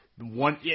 one